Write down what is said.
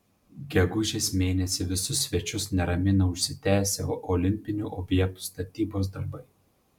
gegužės mėnesį visus svečius neramino užsitęsę olimpinių objektų statybos darbai